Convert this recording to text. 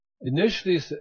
Initially